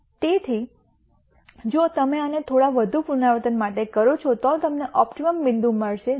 તેથી જો તમે આને થોડા વધુ પુનરાવર્તનો માટે કરો છો તો તમને ઓપ્ટિમમ બિંદુ મળશે જે આ સોલ્યુશન 0